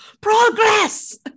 progress